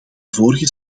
vorige